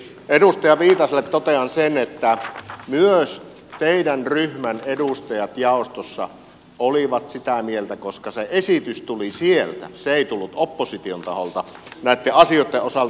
edustaja viitaselle totean sen että myös teidän ryhmänne edustajat jaostossa olivat sitä mieltä koska se esitys tuli sieltä se ei tullut opposition taholta näitten asioitten osalta